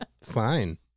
Fine